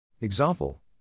Example